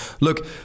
look